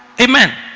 Amen